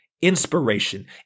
inspiration